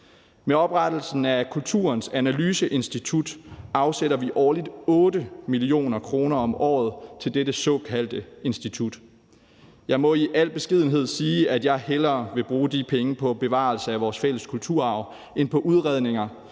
Med oprettelsen af Kulturens Analyseinstitut afsætter vi årligt 8 mio. kr. om året til dette såkaldte institut. Jeg må i al beskedenhed sige, at jeg hellere vil bruge de penge på bevarelse af vores fælles kulturarv end på udredninger,